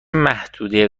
محدوده